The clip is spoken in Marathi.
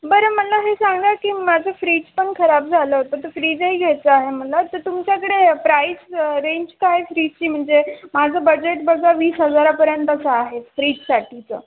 बरं मला हे सांगा की माझं फ्रीज पण खराब झालं होतं तर फ्रीजही घ्यायचं आहे मला तर तुमच्याकडे प्राईस रेंज काय आहे फ्रीजची म्हणजे माझं बजेट बघा वीसहजारापर्यंतच आहे फ्रीजसाठीचं